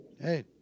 Hey